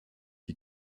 die